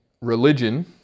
Religion